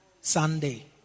Sunday